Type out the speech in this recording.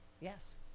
Yes